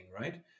right